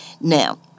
Now